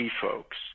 folks